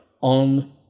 on